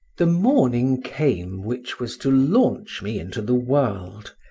the morning came which was to launch me into the world,